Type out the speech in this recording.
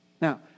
Now